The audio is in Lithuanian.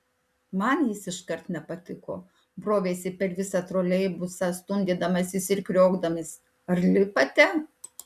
man jis iškart nepatiko brovėsi per visą troleibusą stumdydamasis ir kriokdamas ar lipate